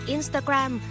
Instagram